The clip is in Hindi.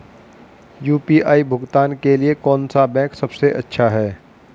यू.पी.आई भुगतान के लिए कौन सा बैंक सबसे अच्छा है?